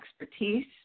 expertise